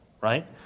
right